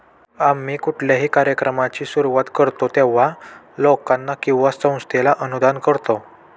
आम्ही कुठल्याही कार्यक्रमाची सुरुवात करतो तेव्हा, लोकांना किंवा संस्थेला अनुदान करतो